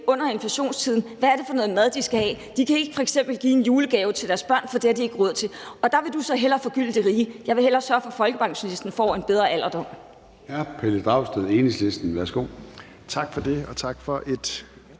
i en inflationstid skal vælge, hvad det er for noget mad, de skal have. De kan f.eks. ikke give en julegave til deres børn, for det har de ikke råd til. Der vil du så hellere forgylde de rige; jeg vil hellere sørge for, at folkepensionisten får en bedre alderdom.